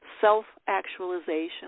self-actualization